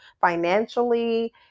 financially